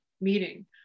meeting